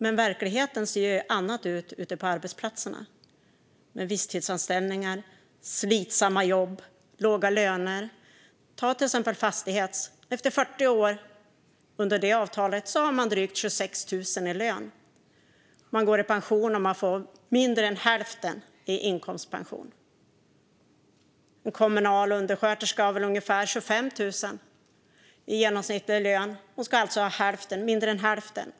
Men verkligheten ute på arbetsplatserna är en annan, med visstidsanställningar, slitsamma jobb och låga löner. Ta dem som är med i Fastighets. Efter 40 år har man med det avtalet drygt 26 000 i lön. När man går i pension får man mindre än hälften i inkomstpension. En kommunal undersköterska har väl i genomsnitt ungefär 25 000, och får mindre än hälften av det i pension.